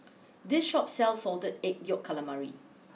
this Shop sells Salted Egg Yolk Calamari